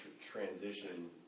transition